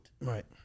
Right